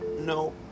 No